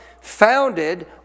founded